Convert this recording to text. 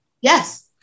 Yes